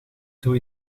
toe